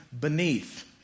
beneath